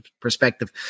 perspective